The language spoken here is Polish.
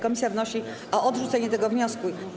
Komisja wnosi o odrzucenie tego wniosku.